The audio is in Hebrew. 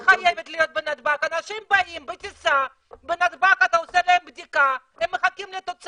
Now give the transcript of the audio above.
ארצה הכללים שיחולו עליך הם כללים של מדינה אדומה.